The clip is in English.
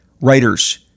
writers